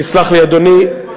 תסלח לי, אדוני.